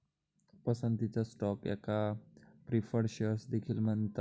पसंतीचा स्टॉक याका preferred shares देखील म्हणतत